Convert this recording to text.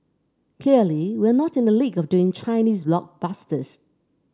clearly we're not in the league of doing Chinese blockbusters